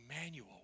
Emmanuel